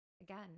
again